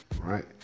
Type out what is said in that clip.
right